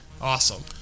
Awesome